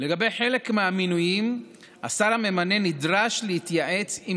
לגבי חלק מהמינויים השר נדרש להתייעץ עם